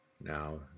Now